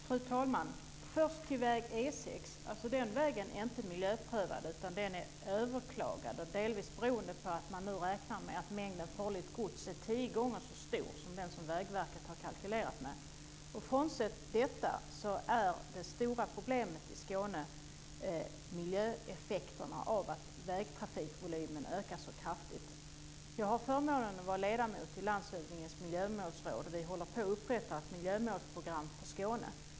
Fru talman! Väg E 6 är inte miljöprövad, utan den är överklagad. Det beror delvis på att man räknar med att mängden farligt gods är tio gånger så stor som den som Vägverket har kalkylerat med. Frånsett detta är det stora problemet i Skåne miljöeffekterna av att vägtrafikvolymen ökar så kraftigt. Jag har förmånen att vara ledamot i landshövdingens miljömålsråd. Vi håller på att upprätta ett miljömålsprogram för Skåne.